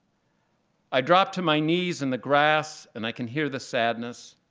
i drop to my knees in the grass. and i can hear the sadness,